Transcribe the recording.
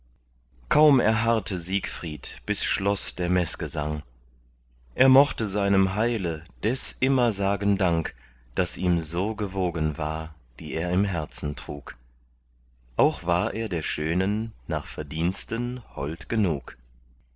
kaum erharrte siegfried bis schloß der meßgesang er mochte seinem heile des immer sagen dank daß ihm so gewogen war die er im herzen trug auch war er der schönen nach verdiensten hold genug